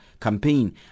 campaign